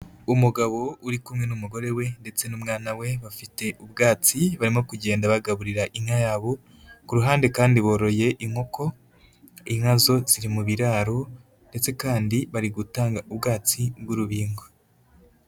Umugabo uri kumwe n'umugore we ndetse n'umwana we, bafite ubwatsi barimo kugenda bagaburira inka yabo, ku ruhande kandi boroye inkoko, inka zo ziri mu biraro, ndetse kandi bari gutanga ubwatsi bw'urubingo.